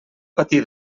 patir